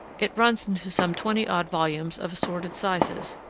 it runs into some twenty-odd volumes of assorted sizes,